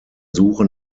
suche